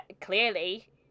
clearly